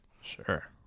Sure